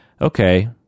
okay